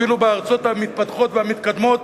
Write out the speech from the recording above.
אפילו בארצות המתפתחות והמתקדמות